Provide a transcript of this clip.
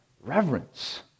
reverence